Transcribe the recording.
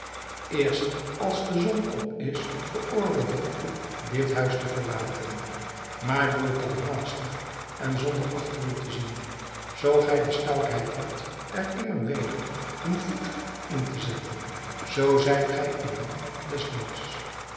eerst als de zon op is veroorloof ik u dit huis te verlaten maar doe het dan haastig en zonder achter u te zien zoo gij de stoutheid hebt er immer weder een voet in te zetten zoo zijt gij een man